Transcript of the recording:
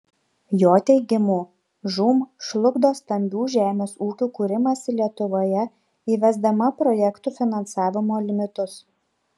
jo teigimu žūm žlugdo stambių žemės ūkių kūrimąsi lietuvoje įvesdama projektų finansavimo limitus